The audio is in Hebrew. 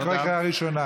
אני קורא קריאה ראשונה.